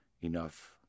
enough